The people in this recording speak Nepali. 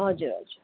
हजुर हजुर